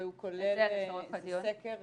והוא כולל סקר